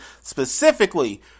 specifically